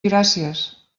gràcies